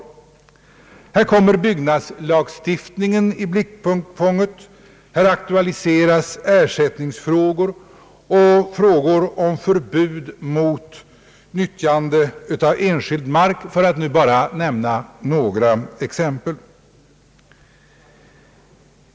Här kommer byggnadslagstiftningen i blickfånget, här aktualiseras ersättningsfrågor och frågor om förbud mot nyttjande av enskild mark för att bara nämna några exempel.